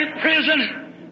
prison